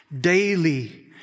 daily